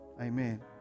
Amen